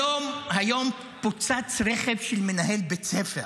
היום פוצץ רכב של מנהל בית ספר,